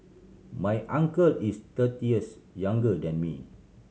my uncle is thirty years younger than me